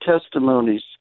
testimonies